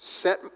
set